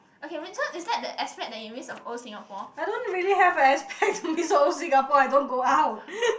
okay wait so is that the aspect that you miss of old Singapore